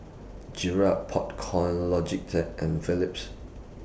Garrett Popcorn Logitech and Phillips